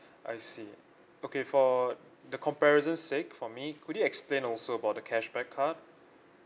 I see okay for the comparison sake for me could you explain also about the cashback card